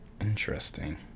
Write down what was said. Interesting